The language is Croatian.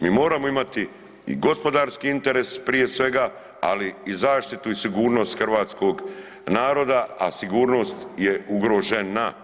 Mi moramo imati i gospodarski interes prije svega, ali i zaštitu i sigurnost hrvatskog naroda, a sigurnost je ugrožena.